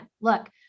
look